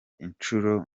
incuro